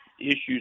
issues